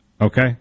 okay